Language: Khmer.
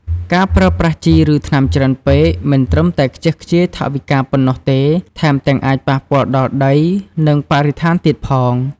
ការប្រើប្រាស់ជី ឬថ្នាំច្រើនពេក មិនត្រឹមតែខ្ជះខ្ជាយថវិកាប៉ុណ្ណោះទេ ថែមទាំងអាចប៉ះពាល់ដល់ដី និងបរិស្ថានទៀតផង។